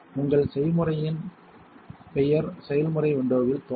உங்கள் செய்முறையின் பெயர் செயல்முறை விண்டோவில் தோன்றும்